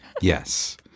Yes